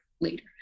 later